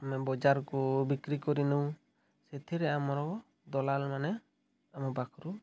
ଆମେ ବଜାରକୁ ବିକ୍ରି କରିନେଉ ସେଥିରେ ଆମର ଦଲାଲ ମାନେ ଆମ ପାଖରୁ